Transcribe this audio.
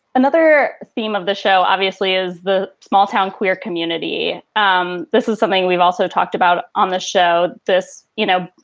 another theme of the show, obviously, is the small town queer community. um this is something we've also talked about on the show. this, you know,